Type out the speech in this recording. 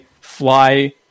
fly